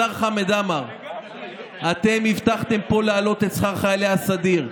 השר חמד עמאר: אתם הבטחתם פה להעלות את שכר חיילי הסדיר.